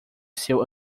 seu